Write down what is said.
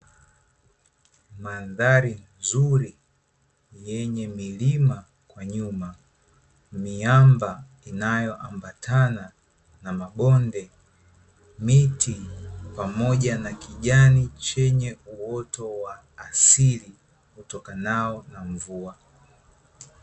Mandhari nzuri yenye milima kwa nyuma, miamba inayoambatana na mabonde, miti pamoja na kijani chenye uoto wa asili utokanao na mvua.